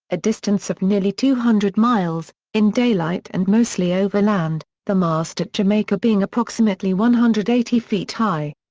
a distance of nearly two hundred miles, in daylight and mostly over land, the mast at jamaica being approximately one hundred and eighty feet high.